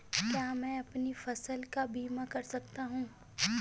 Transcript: क्या मैं अपनी फसल का बीमा कर सकता हूँ?